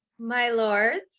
my lords,